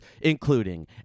including